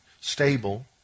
stable